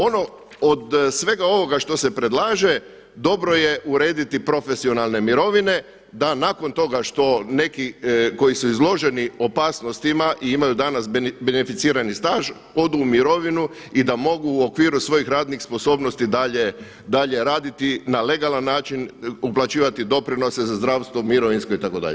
Ono od svega ovoga što se predlaže dobro je urediti profesionalne mirovine da nakon toga što neki koji su izloženi opasnostima i imaju danas beneficirani staž odu u mirovinu i da mogu u okviru svojih radnih sposobnosti dalje raditi na legalan način, uplaćivati doprinose za zdravstvo, mirovinsko itd.